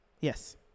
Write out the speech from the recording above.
Yes